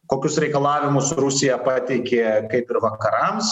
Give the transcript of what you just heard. kokius reikalavimus rusija pateikė kaip ir vakarams